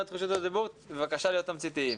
את רשות הדיבור בבקשה להיות תמציתיים.